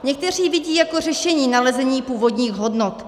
Někteří vidí jako řešení nalezení původních hodnot.